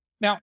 now